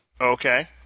Okay